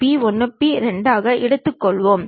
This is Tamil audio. உதாரணமாக ஒரு செவ்வக பெட்டகத்தை எடுத்துக் கொள்வோம்